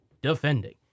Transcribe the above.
defending